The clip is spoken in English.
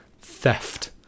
theft